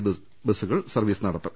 C ബസ്സുകൾ service നടത്തും